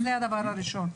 זה הדבר הראשון.